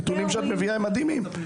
הנתונים שאת מביאה הם מדהימים.